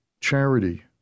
charity